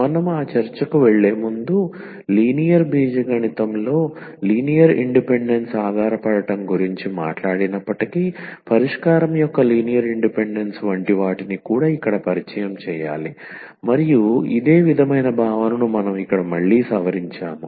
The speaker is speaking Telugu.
మనం ఆ చర్చకు వెళ్ళేముందు లీనియర్ బీజగణితంలో లీనియర్ ఇండిపెండెన్స్ ఆధారపడటం గురించి మాట్లాడినప్పటికీ పరిష్కారం యొక్క లీనియర్ ఇండిపెండెన్స్ వంటి వాటిని కూడా ఇక్కడ పరిచయం చేయాలి మరియు ఇదే విధమైన భావనను మనం ఇక్కడ మళ్ళీ సవరించాము